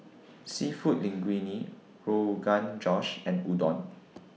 Seafood Linguine Rogan Josh and Udon